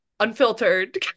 unfiltered